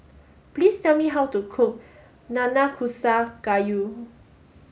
please tell me how to cook Nanakusa Gayu